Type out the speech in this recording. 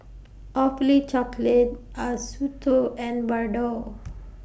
Awfully Chocolate Acuto and Bardot